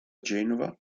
genova